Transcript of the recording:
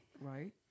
Right